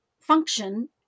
function